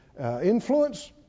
influence